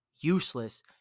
useless